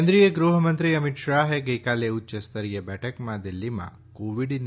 કેન્દ્રીય ગૃહમંત્રી અમીત શાહે ગઈકાલે ઉચ્યસ્તરીય બેઠકમાં દિલ્હીમાં કોવિડની